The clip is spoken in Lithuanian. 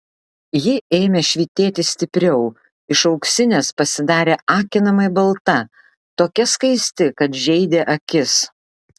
ji ėmė švytėti stipriau iš auksinės pasidarė akinamai balta tokia skaisti kad žeidė akis